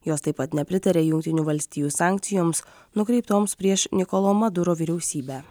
jos taip pat nepritaria jungtinių valstijų sankcijoms nukreiptoms prieš nikolo maduro vyriausybę